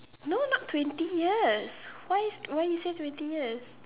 no not twenty years why you why you say twenty years